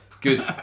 Good